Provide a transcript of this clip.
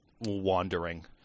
wandering